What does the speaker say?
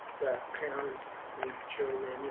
that parents and children, you